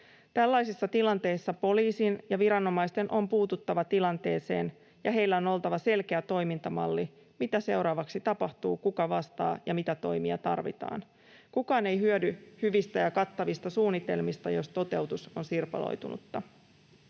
Tällaisissa tilanteissa poliisin ja viranomaisten on puututtava tilanteeseen ja heillä on oltava selkeä toimintamalli, mitä seuraavaksi tapahtuu, kuka vastaa ja mitä toimia tarvitaan. Kukaan ei hyödy hyvistä ja kattavista suunnitelmista, jos toteutus on sirpaloitunutta.